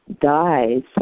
dies